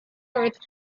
earth